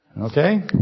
Okay